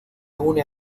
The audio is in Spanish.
une